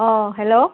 অঁ হেল্ল'